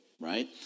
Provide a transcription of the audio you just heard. Right